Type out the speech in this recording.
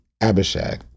Abishag